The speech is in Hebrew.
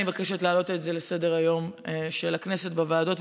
אני מבקשת להעלות את זה על סדר-היום של הכנסת בוועדות,